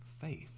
faith